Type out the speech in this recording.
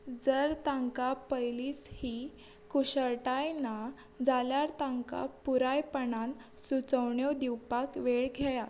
जर तांकां पयलींच ही कुशळटाय ना जाल्यार तांकां पुरायपणान सुचोवण्यो दिवपाक वेळ घेयात